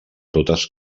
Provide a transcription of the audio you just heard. totes